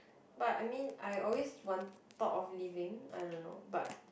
but I mean I always want thought of leaving I don't know but